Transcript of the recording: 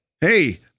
hey